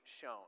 shown